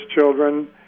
children